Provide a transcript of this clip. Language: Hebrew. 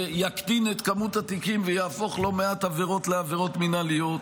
שיקטין את כמות התיקים ויהפוך לא מעט עבירות לעבירות מינהליות,